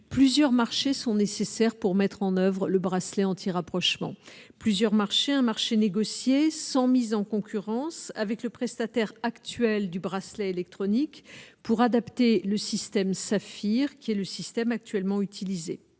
Plusieurs marchés sont nécessaires pour mettre en oeuvre le bracelet antirapprochement plusieurs marchés un marché négocié sans mise en concurrence avec le prestataire actuel du bracelet électronique pour adapter le système saphir qui est le système actuellement utilisés,